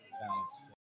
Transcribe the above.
talents